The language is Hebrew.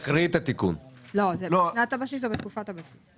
זה בשנת הבסיס או בתקופת הבסיס?